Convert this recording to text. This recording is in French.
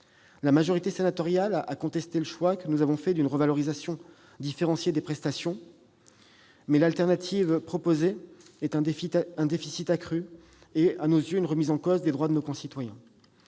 La majorité sénatoriale a contesté le choix que nous avons fait d'une revalorisation différenciée des prestations. Mais quelle est l'alternative que vous proposez ? Un déficit accru et une vraie remise en cause des droits de nos concitoyens.